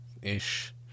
ish